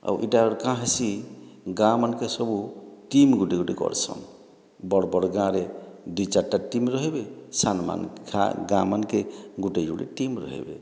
ଆଉ ଏଇଟା ଆର୍ କ'ଣ ହେଇସି ଗାଁ ମାନଙ୍କରେ ସବୁ ଟିମ୍ ଗୋଟିଏ ଗୋଟିଏ କରସନ୍ ବଡ଼ ବଡ଼ ଗାଁରେ ଦୁଇ ଚାରିଟା ଟିମ୍ ରହିବେ ସାନ ଗାଁମାନଙ୍କରେ ଗୋଟିଏ ଯୋଡ଼ିଏ ଟିମ୍ ରହିବେ